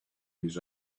his